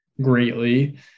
greatly